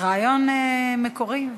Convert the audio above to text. רעיון מקורי וחשוב.